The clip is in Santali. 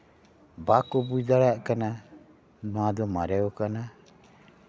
ᱵᱟᱠᱚ ᱵᱩᱡᱽ ᱫᱟᱲᱮᱭᱟᱜ ᱠᱟᱱᱟ ᱱᱚᱶᱟ ᱫᱚ ᱢᱟᱨᱮ ᱟᱠᱟᱱᱟ